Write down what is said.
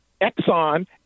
Exxon